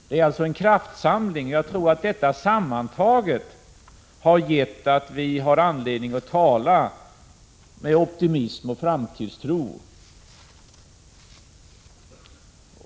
Det har varit en kraftsamling, och jag tror att allt detta gör att vi har anledning att se på läget med optimism och framtidstro.